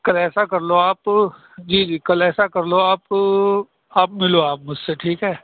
کل ایسا کر لو آپ جی جی کل ایسا کر لو آپ آپ مِلو آپ مجھ سے ٹھیک ہے